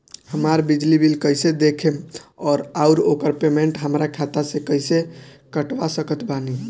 हमार बिजली बिल कईसे देखेमऔर आउर ओकर पेमेंट हमरा खाता से कईसे कटवा सकत बानी?